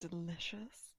delicious